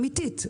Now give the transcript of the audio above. אמיתית,